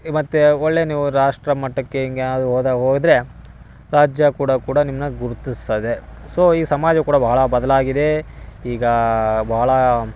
ಈಗ ಮತ್ತು ಒಳ್ಳೆಯ ನೀವು ರಾಷ್ಟ್ರಮಟ್ಟಕ್ಕೆ ಹಿಂಗ್ ಏನಾದರು ಹೋದ ಹೋದರೆ ರಾಜ್ಯ ಕೂಡ ಕೂಡ ನಿಮ್ಮನ್ನ ಗುರುತಿಸ್ತದೆ ಸೊ ಈ ಸಮಾಜ ಕೂಡ ಬಹಳ ಬದಲಾಗಿದೆ ಈಗ ಬಹಳ